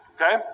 Okay